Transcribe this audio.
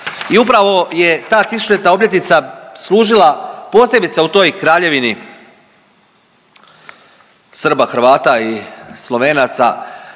I upravo je ta 1000-ljetna obljetnica služila posebice u toj Kraljevini Srba, Hrvata i Slovenaca